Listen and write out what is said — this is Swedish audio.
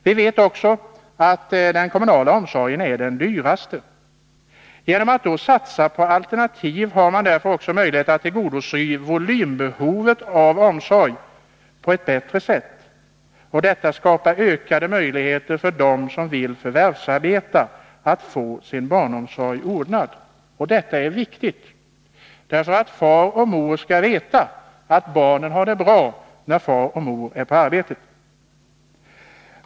Vi vet också att den kommunala omsorgen är den dyraste. Genom att satsa på alternativ har man därför också möjlighet att på ett bättre sätt tillgodose volymbehovet av omsorg. Detta skapar ökade möjligheter för dem som vill förvärvsarbeta att få sin barnomsorg ordnad. Detta är viktigt, därför att mor och far skall veta att barnen har det bra när mor och far är på arbetet.